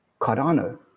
Cardano